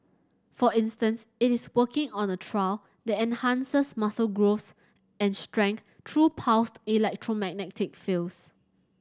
for instance it is working on a trial that enhances muscle growth and strength through pulsed electromagnetic fields